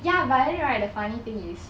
ya but then right the funny thing is